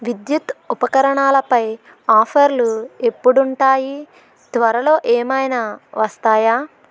విద్యుత్ ఉపకరణాలపై ఆఫర్లు ఎప్పుడుంటాయి త్వరలో ఏమైనా వస్తాయా